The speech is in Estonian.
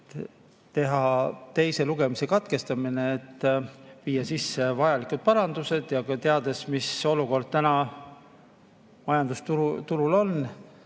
teise lugemise katkestada, et viia sisse vajalikud parandused. Teades, mis olukord praegu majandusturul on,